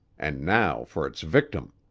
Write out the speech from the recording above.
and now for its victim!